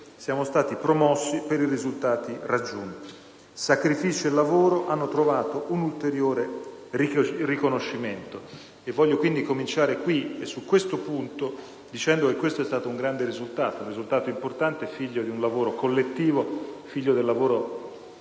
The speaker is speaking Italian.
siamo stati promossi per i risultati raggiunti. Sacrifici e lavoro hanno trovato un ulteriore riconoscimento, e voglio quindi cominciare da questo punto dicendo che questo è stato un grande risultato, un risultato importante, figlio di un lavoro collettivo, figlio del lavoro di questi